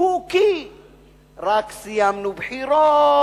היא כי רק סיימנו בחירות,